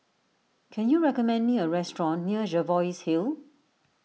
can you recommend me a restaurant near Jervois Hill